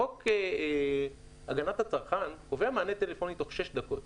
חוק הגנת הצרכן קובע מענה טלפוני תוך שש דקות.